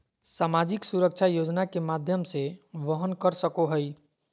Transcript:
सामाजिक सुरक्षा योजना के माध्यम से वहन कर सको हइ